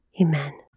Amen